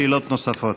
שאלות נוספות.